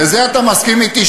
בזה אתה מסכים אתי,